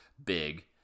Big